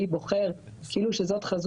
שזה מתבטל.